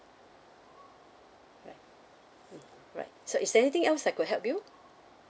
right mm right so is there anything else I could help you